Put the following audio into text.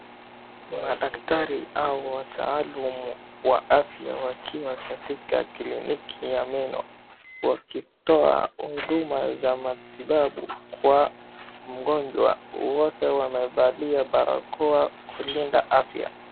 Wanadaktari au wataalum wa afya wakiwa katika kliniki ya meno , wakitoa huduma za matibabu kwa mgonjwa. Wote wamevalia barakoa kulinda afya.